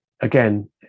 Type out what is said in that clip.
again